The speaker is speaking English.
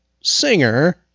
singer